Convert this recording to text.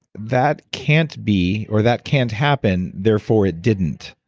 that can't be or that can't happen, therefore it didn't.